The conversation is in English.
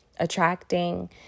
attracting